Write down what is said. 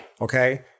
okay